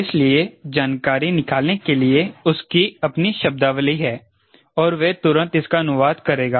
इसलिए जानकारी निकालने के लिए उसकी अपनी शब्दावली है और वह तुरंत इसका अनुवाद करेगा